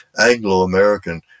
Anglo-American